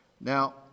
Now